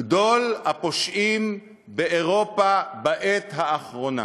גדול הפושעים באירופה בעת האחרונה,